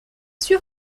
sûr